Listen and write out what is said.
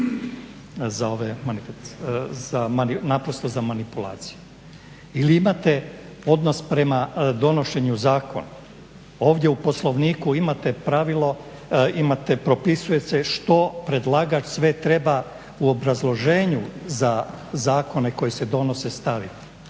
pa onda to služi za manipulaciju. Ili imate odnos prema donošenju zakona. Ovdje u Poslovniku imate propisano što predlagač sve treba u obrazloženju za zakone koji se donose staviti.